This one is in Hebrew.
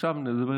עכשיו נדבר